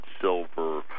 silver